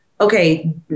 okay